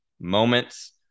Moments